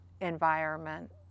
environment